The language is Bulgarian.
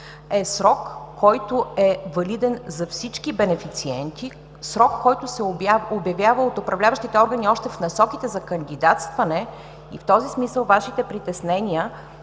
е срок, който е валиден за всички бенефициенти, срок, който се обявява от управляващите органи още в насоките за кандидатстване и в този смисъл Вашите притеснения